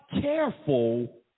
careful